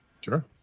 Sure